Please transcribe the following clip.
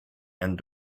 and